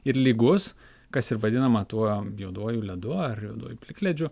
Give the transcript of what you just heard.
ir lygus kas ir vadinama tuo juoduoju ledu ar plikledžiu